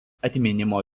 atminimo